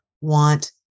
want